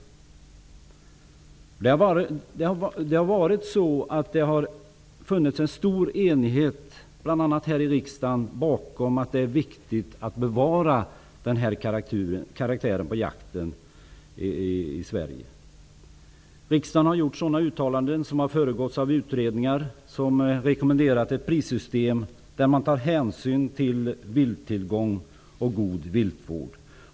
Det har rått stor enighet, bl.a. här i riksdagen, om att det är viktigt att bevara jaktens karaktär i Sverige. Riksdagen har gjort sådana uttalanden, vilket har föregåtts av utredningar, som rekommenderar ett prissystem där man tar hänsyn till vilttillgång och god viltvård.